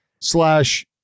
slash